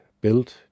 built